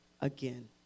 again